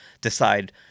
decide